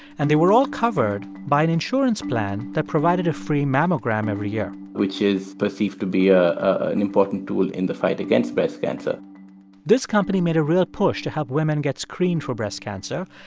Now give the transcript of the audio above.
and they were all covered by an insurance plan that provided a free mammogram every year which is perceived to be ah an important tool in the fight against breast cancer this company made a real push to help women get screened for breast cancer.